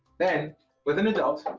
then with an adult,